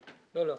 לא.